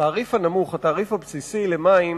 התעריף הנמוך, התעריף הבסיסי למים